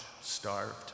starved